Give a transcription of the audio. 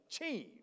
achieve